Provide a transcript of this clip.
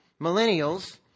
millennials